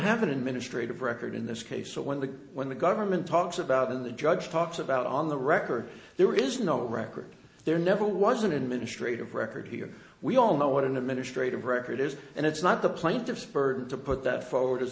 have an administrative record in this case so when the when the government talks about in the judge talks about on the record there is no record there never was an administrative record here we all know what an administrative record is and it's not the plaintiff's spur to put that forward as